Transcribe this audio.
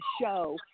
show